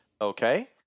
Okay